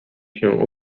się